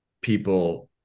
people